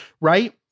right